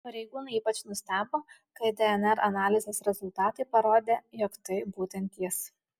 pareigūnai ypač nustebo kai dnr analizės rezultatai parodė jog tai būtent jis